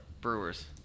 Brewers